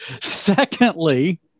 Secondly